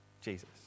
Jesus